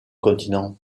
continent